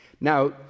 Now